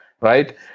right